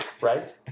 right